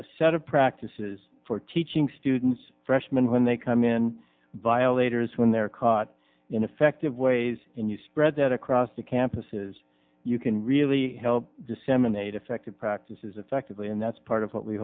a set of practices for teaching students freshmen when they come in violators when they're caught in effective ways and you spread that across the campuses you can really disseminate effective practices effectively and that's part of what we